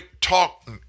talk